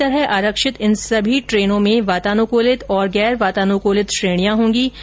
पूरी तरह आरक्षित इन सभी ट्रेनों में वातानुकूलित और गैर वातानुकूलित श्रेणियां होंगी